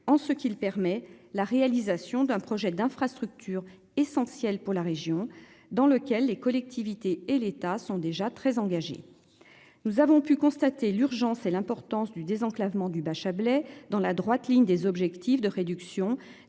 En ce qui le permet la réalisation d'un projet d'infrastructure essentielle pour la région, dans lequel les collectivités et l'État sont déjà très engagés. Nous avons pu constater l'urgence et l'importance du désenclavement du bas Chablais dans la droite ligne des objectifs de réduction